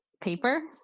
paper